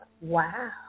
Wow